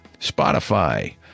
Spotify